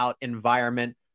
environment